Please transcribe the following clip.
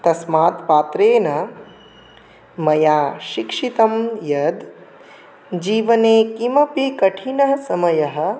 तस्मात् पात्रेण मया शिक्षितं यद् जीवने किमपि कठिनः समयः